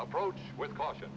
approached with caution